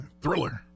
Thriller